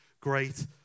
great